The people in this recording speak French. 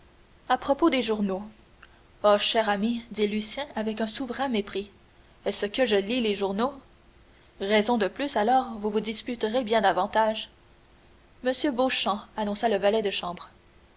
à propos de journaux oh cher ami dit lucien avec un souverain mépris est-ce que je lis les journaux raison de plus alors vous vous disputerez bien davantage m beauchamp annonça le valet de chambre